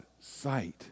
sight